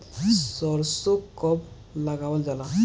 सरसो कब लगावल जाला?